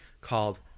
called